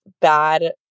bad